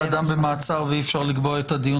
אדם במעצר ואי אפשר לקבוע את הדיון